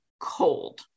cold